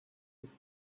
his